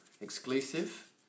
exclusive